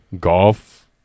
golf